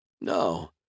No